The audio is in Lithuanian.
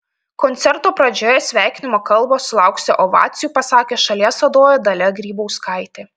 koncerto pradžioje sveikinimo kalbą sulaukusią ovacijų pasakė šalies vadovė dalia grybauskaitė